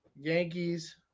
Yankees